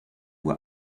uhr